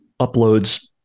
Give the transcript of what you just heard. uploads